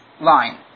line